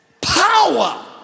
power